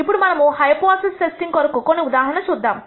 ఇప్పుడు మనము hypothesis testing కొరకు కొన్ని ఉదాహరణలు చూద్దాము